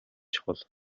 чухал